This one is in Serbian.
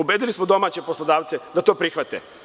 Ubedili smo domaće poslodavce da to prihvate.